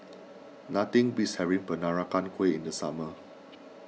nothing beats having Peranakan Kueh in the summer